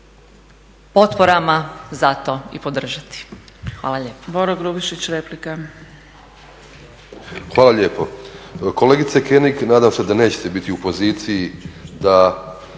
potporama zato i podržati. Hvala lijepa.